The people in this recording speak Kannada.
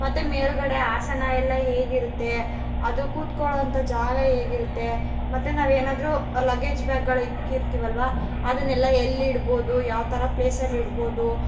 ಮತ್ತೆ ಮೇಲುಗಡೆ ಆಸನ ಎಲ್ಲ ಹೇಗಿರುತ್ತೆ ಅದು ಕುತ್ಕೊಳ್ಳೋ ಅಂತ ಜಾಗ ಹೇಗಿರುತ್ತೆ ಮತ್ತೆ ನಾವೇನಾದರೂ ಲಗೇಜ್ ಬ್ಯಾಗ್ಗಳು ಇಕ್ಕಿರ್ತೀವಲ್ವಾ ಅದನ್ನೆಲ್ಲ ಎಲ್ಲಿಡ್ಬೋದು ಯಾವ ಥರ ಪ್ಲೇಸಲ್ಲಿಡ್ಬೋದು